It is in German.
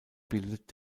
bildet